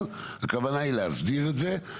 אבל הכוונה היא להסדיר את זה.